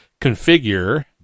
configure